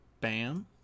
Bam